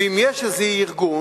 ואם יש איזה ארגון,